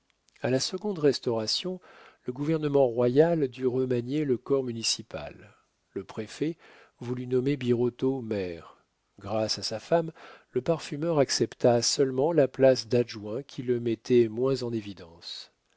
a la seconde restauration le gouvernement royal dut remanier le corps municipal le préfet voulut nommer birotteau maire grâce à sa femme le parfumeur accepta seulement la place d'adjoint qui le mettait moins en évidence